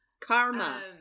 Karma